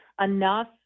enough